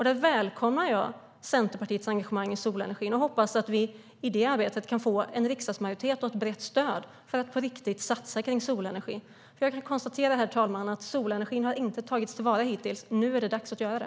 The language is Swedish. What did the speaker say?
Där välkomnar jag Centerpartiets engagemang i solenergin och hoppas att vi i detta arbete kan få en riksdagsmajoritet och ett brett stöd för att på riktigt satsa på solenergin. Jag kan nämligen konstatera, herr talman, att solenergin hittills inte har tagits till vara. Nu är det dags att göra det.